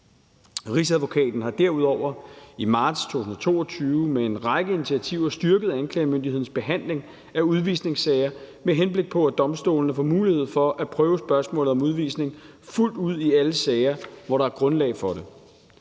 Rigsadvokaten har derudover i marts 2022 med en række initiativer styrket anklagemyndighedens behandling af udvisningssager, med henblik på at domstolene får mulighed for at prøve spørgsmålet om udvisning fuldt ud i alle sager, hvor der er grundlag for det.